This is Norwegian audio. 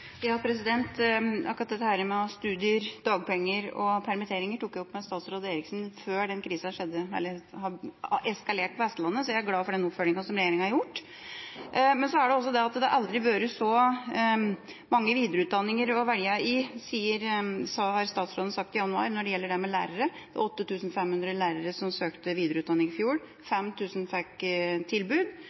permitteringer tok vi opp med statsråd Eriksson før krisen eskalerte på Vestlandet, så jeg er glad for den oppfølginga som regjeringa har gjort. Men så sa statsråden i januar at det aldri har vært så mange videreutdanninger å velge i for lærere. Det var 8 500 lærere som søkte videreutdanning i fjor, 5 000 fikk tilbud. I tillegg avskiltet Stortinget i juni 30 000–40 000 lærere som